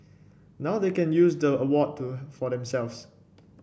now they can use the award to for themselves